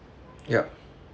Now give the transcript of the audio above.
yup